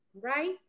right